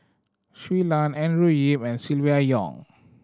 Shui Lan Andrew Yip and Silvia Yong